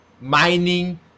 mining